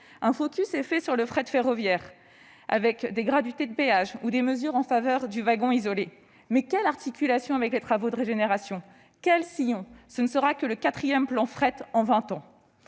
Un focus est opéré sur le fret ferroviaire, avec la gratuité des péages ou des mesures en faveur du wagon isolé. Mais, quelle est l'articulation avec les travaux de régénération ? Avec quels sillons ? Ce sera le quatrième plan fret en vingt